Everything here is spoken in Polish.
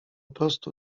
prostu